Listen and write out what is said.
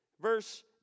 Verse